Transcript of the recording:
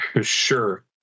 Sure